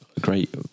great